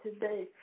today